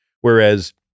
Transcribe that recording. Whereas